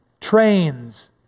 trains